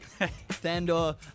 Thandor